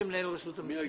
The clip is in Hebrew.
רשות המיסים.